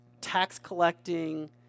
tax-collecting